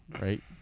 right